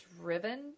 driven